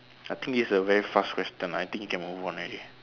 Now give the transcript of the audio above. i think this a very fast question i think we can move on already